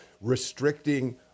restricting